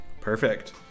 Perfect